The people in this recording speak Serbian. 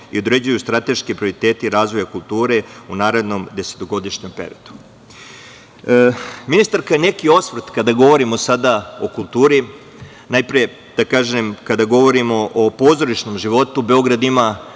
i određuju strateški prioriteti razvoja kulture u narednom desetogodišnjem periodu. Ministarka, neki osvrt kada govorimo sada o kulturi, najpre da kažem kada govorimo o pozorišnom životu, Beograd ima